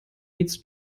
needs